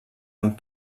amb